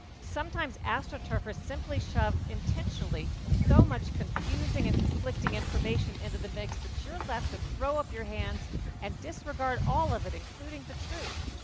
sometimes, astroturfers simply shove intentionally so much confusing and conflicting information into the mix that you're left to throw up your hands and disregard all of it, including the truth